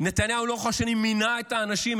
נתניהו מינה לאורך השנים את האנשים,